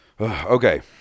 Okay